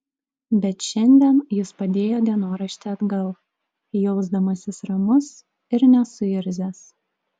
bet šiandien jis padėjo dienoraštį atgal jausdamasis ramus ir nesuirzęs